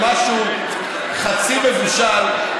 למשהו חצי מבושל,